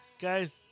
Guys